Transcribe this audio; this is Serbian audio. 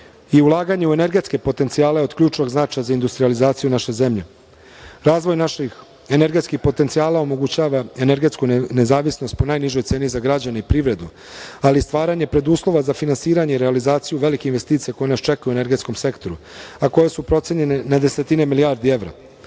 i ulaganje u energetske potencijale je od ključnog značaja za industrijalizaciju naše zemlje. Razvoj naših energetskih potencijala omogućava energetsku nezavisnost po najnižoj ceni za građane i privredu, ali i stvaranje preduslova za finansiranje i realizaciju velikih investicija koje nas čekaju u energetskom sektoru, a koje su procenjene na desetine milijardi evra.